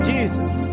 Jesus